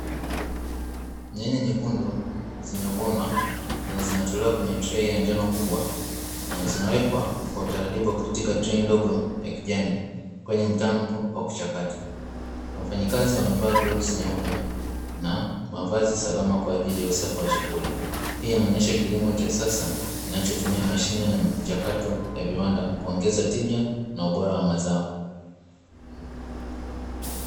Nyanya nyekundu zimevunwa na zinatolewa kwenye trei ya njano kubwa na zinawekwa kwa utaratibu katika trei ndogo ya kijani kwenye mtambo wa kuchakata, wafanyakazi wamevaa glovu nyeupe na mavazi salama kwa ajili ya usafi wa chakula, pia inaonesha kilimo cha sasa kinachotumia mashine na michakato ya viwanda kuongeza tija na ubora wa mazao.